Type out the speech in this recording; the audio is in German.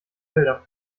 felder